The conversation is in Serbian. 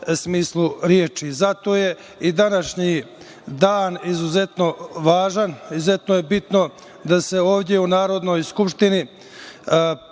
smislu reči. Zato je i današnji dan izuzetno važan. Izuzetno je bitno da se ovde u Narodnoj skupštini